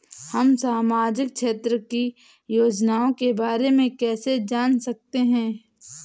हम सामाजिक क्षेत्र की योजनाओं के बारे में कैसे जान सकते हैं?